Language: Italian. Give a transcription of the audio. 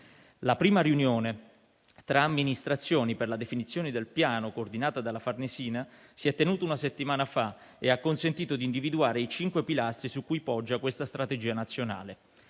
La prima riunione tra amministrazioni per la definizione del piano, coordinata dalla Farnesina, si è tenuta una settimana fa e ha consentito di individuare i cinque pilastri su cui poggia questa strategia nazionale.